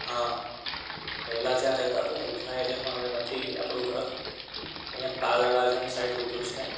હા પહેલાં જ્યાં રહેતા હતા ને ઉધના એરિયામાં હવે નથી આપણું ઘર અહીંયા પાલ અડાજણ સાઈડ લીધું છે